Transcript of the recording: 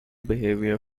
behavior